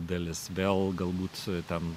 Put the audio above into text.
dalis vėl galbūt ten